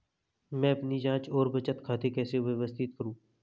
मैं अपनी जांच और बचत खाते कैसे व्यवस्थित करूँ?